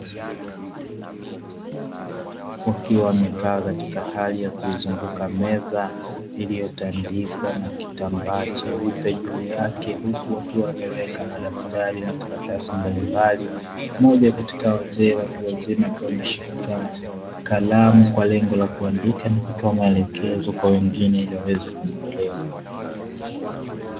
Wakiwa wamekaa katika hali ya kuizunguka meza iliyotandikwa na kitambaa cheupe juu yake huku wakiwa wameweka madaftari na karatasi mbalimbali moja katika wazee watu wazima akiwa ameshikana kalamu kwa lengo la kuandika na kama maelekezo kwa wengine iliyoweza kumwelewa